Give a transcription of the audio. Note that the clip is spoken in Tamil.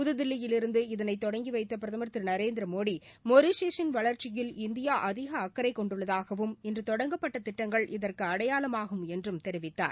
புத்தில்லியிலிருந்து இதனை தொடங்கி வைத்த பிரதமா் திரு நரேந்திரமோடி மொரீஷியஸின் வளர்ச்சியில் இந்தியா அதிக அக்கறை கொண்டுள்ளதாகவும் இன்று தொடங்கப்பட்ட திட்டங்கள் இதற்கு அடையாளமாகும் என்றும் தெரிவித்தார்